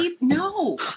No